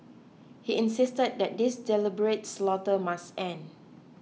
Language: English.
he insisted that this deliberate slaughter must end